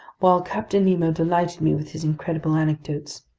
while captain nemo delighted me with his incredible anecdotes.